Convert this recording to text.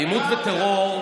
אלימות וטרור,